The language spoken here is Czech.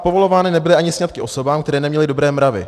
Povolovány nebyly ani sňatky osobám, které neměly dobré mravy.